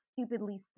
stupidly